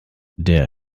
der